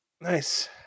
Nice